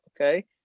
okay